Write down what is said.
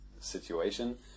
situation